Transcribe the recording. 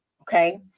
Okay